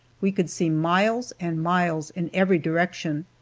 we could see miles and miles in every direction.